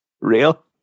Real